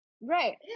right